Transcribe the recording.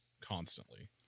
constantly